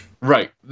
Right